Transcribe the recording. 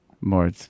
more